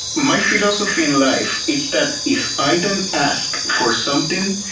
my philosophy in life is that if i don't ask for something,